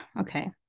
okay